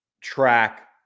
track